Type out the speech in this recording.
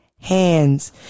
hands